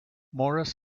morris